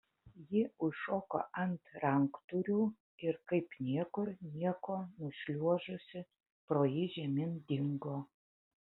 ji užšoko ant ranktūrių ir kaip niekur nieko nušliuožusi pro jį žemyn dingo